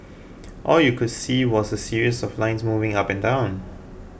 all you could see was a series of lines moving up and down